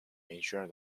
ensure